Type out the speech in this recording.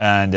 and.